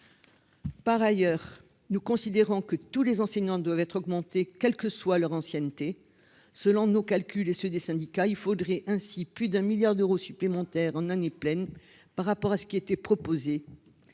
par ailleurs, nous considérons que tous les enseignants doivent être augmentés, quelle que soit leur ancienneté selon nos calculs et ceux des syndicats, il faudrait ainsi plus d'un milliard d'euros supplémentaires en année pleine, par rapport à ce qui était proposé,